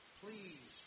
please